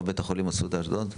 בית החולים אסותא אשדוד.